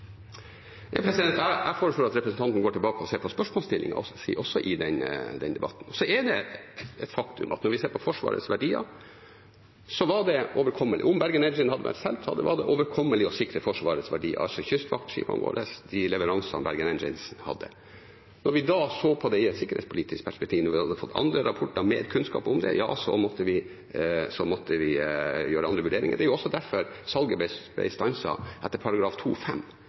Jeg foreslår at representanten går tilbake og ser på spørsmålsstillingen i den debatten. Det er et faktum at når vi ser på Forsvarets verdier, var det – om Bergen Engines var blitt solgt – overkommelig å sikre Forsvarets verdier, altså kystvaktskipene våre, de leveransene Bergen Engines hadde. Når vi så på det i et sikkerhetspolitisk perspektiv, når vi hadde fått andre rapporter og mer kunnskap om det, ja, så måtte vi gjøre andre vurderinger. Det er også derfor salget ble stanset etter